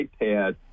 ipad